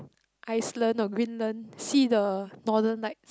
Iceland or Greenland see the Northern-Light